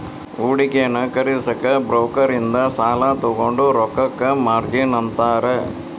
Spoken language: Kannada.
ಹೂಡಿಕೆಯನ್ನ ಖರೇದಿಸಕ ಬ್ರೋಕರ್ ಇಂದ ಸಾಲಾ ತೊಗೊಂಡ್ ರೊಕ್ಕಕ್ಕ ಮಾರ್ಜಿನ್ ಅಂತಾರ